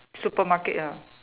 supermarket ah